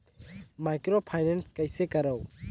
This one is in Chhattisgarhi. माइक्रोफाइनेंस कइसे करव?